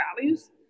values